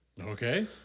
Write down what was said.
Okay